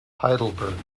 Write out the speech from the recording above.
heidelberg